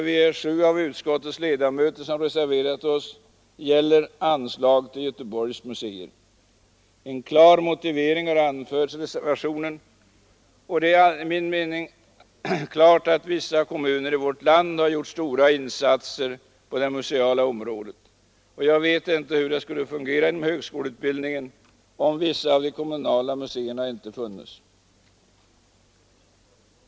Vi är sju av utskottets ledamöter som har reserverat oss när det gäller anslag till Göteborgs museer. En klar motivering har anförts i reservationen. Det är uppenbart att vissa kommuner i vårt land har gjort stora insatser på det museala området. Jag vet inte hur det skulle fungera inom högskoleutbildningen, om vissa av de kommunala museerna inte funnes.